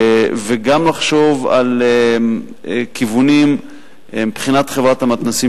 וגם לחשוב על כיוונים מבחינת חברת המתנ"סים